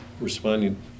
responding